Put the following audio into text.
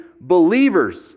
believers